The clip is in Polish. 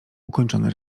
ukończony